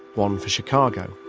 one for chicago.